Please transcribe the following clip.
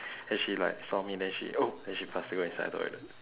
and she like saw me then she oh then she faster go inside the toilet